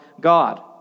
God